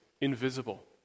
invisible